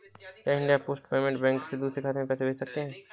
क्या India post payment bank से दूसरे खाते में पैसे भेजे जा सकते हैं?